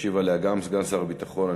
ישיב סגן שר הביטחון.